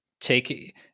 take